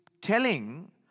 telling